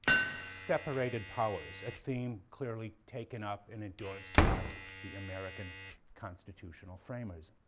separated powers, a theme clearly taken up and endorsed by the american constitutional framers.